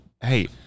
hey